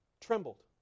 trembled